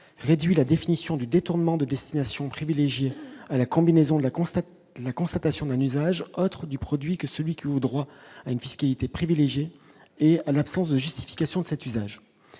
réduit la définition du détournement de destination privilégiée la combinaison, constate la constatation d'un usage du produit que celui que vous droit à une fiscalité privilégiée et à l'absence de justification de cet usage